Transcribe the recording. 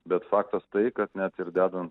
bet faktas tai kad net ir dedant